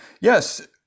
yes